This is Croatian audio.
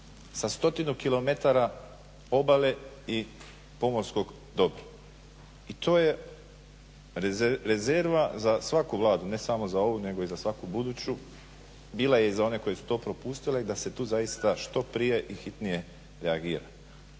sa stotinu kilometara obale i pomorskog dobra i to je rezerva za svaku Vladu ne samo za ovu, nego i za svaku buduću. Bila je i za one koje su to propustile i da se tu zaista što prije i hitnije reagira.